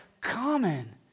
common